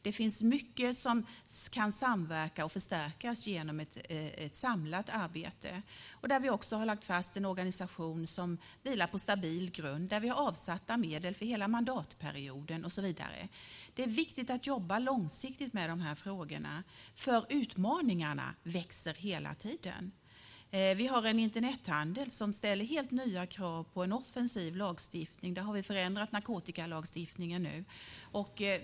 Det finns mycket som kan samverka och förstärkas genom ett samlat arbete. Vi har lagt fast en organisation som vilar på stabil grund, vi har avsatta medel för hela mandatperioden och så vidare. Det är viktigt att jobba långsiktigt med dessa frågor, för utmaningarna växer hela tiden. Vi har en Internethandel som ställer helt nya krav på en offensiv lagstiftning. Vi har nu förändrat narkotikalagstiftningen.